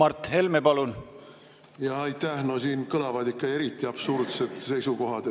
Euroopa Komisjon. Aitäh! No siin kõlavad ikka eriti absurdsed seisukohad.